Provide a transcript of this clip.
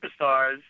superstars